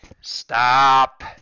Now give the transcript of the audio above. stop